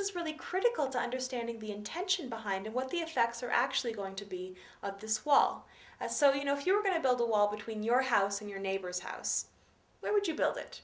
is really critical to understanding the intention behind it what the effects are actually going to be of this wall so you know if you were going to build a wall between your house and your neighbor's house where would you build it